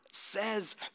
says